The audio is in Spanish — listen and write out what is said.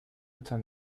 están